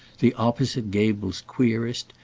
the opposite gables queerest,